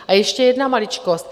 A ještě jedna maličkost.